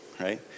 right